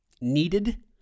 needed